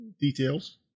details